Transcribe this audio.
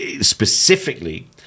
specifically